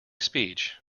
speech